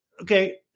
Okay